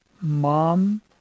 Mom